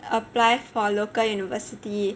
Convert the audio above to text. apply for local university